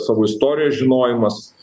savo istorijos žinojimas